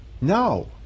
No